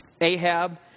Ahab